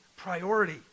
priority